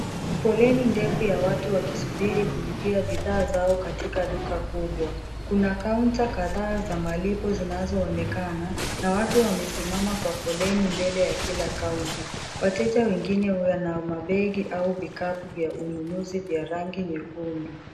Foleni ndefu ya watu wakisubiri kulipia bidhaa zao katika duka kubwa. Kuna kaunta kadhaa za malipo zinazoonekana, na watu wamesimama kwa foleni mbele ya kila kaunta. Wateja wengine wana mabegi au vikapu vya ununuzi vya rangi nyekundu.